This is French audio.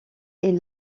est